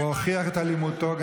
יש ייעוץ משפטי.